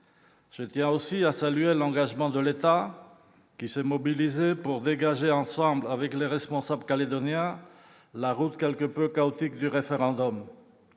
Je tiens à saluer aussi l'engagement de l'État, qui s'est mobilisé pour dégager, conjointement avec les responsables calédoniens, la route quelque peu chaotique du référendum.